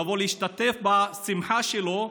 לבוא להשתתף בשמחה שלו,